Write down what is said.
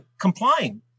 complying